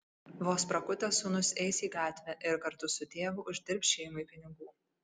vos prakutęs sūnus eis į gatvę ir kartu su tėvu uždirbs šeimai pinigų